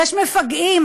יש מפגעים,